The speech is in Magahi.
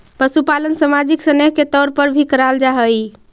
पशुपालन सामाजिक स्नेह के तौर पर भी कराल जा हई